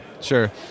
sure